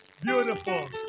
Beautiful